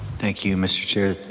thank you, mr. chair.